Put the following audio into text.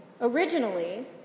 Originally